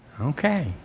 Okay